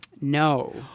No